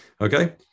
Okay